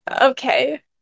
Okay